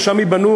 ושם ייבנו,